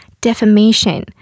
Defamation